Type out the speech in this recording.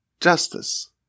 justice